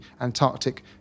antarctic